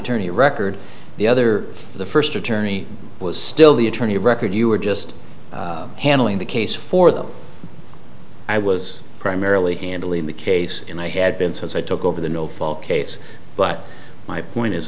attorney of record the other the first attorney was still the attorney of record you were just handling the case for them i was primarily handling the case and i had been since i took over the no fault case but my point